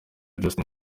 justin